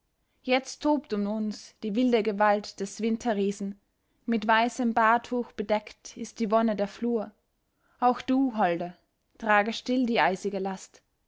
jetzt tobt um uns die wilde gewalt des winterriesen mit weißem bahrtuch bedeckt ist die wonne der flur auch du holde trage still die eisige last